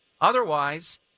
Otherwise